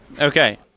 Okay